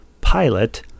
pilot